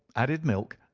added milk,